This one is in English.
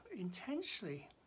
intensely